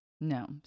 No